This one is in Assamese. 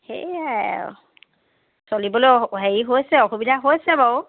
সেয়াই আৰু চলিবলৈ হেৰি হৈছে অসুবিধা হৈছে বাৰু